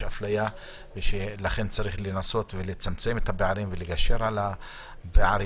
אפליה ושלכן צריך לנסות לצמצם את הפערים ולגשר על הפערים,